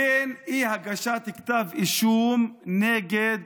ובין אי-הגשת כתב אישום נגד